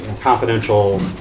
confidential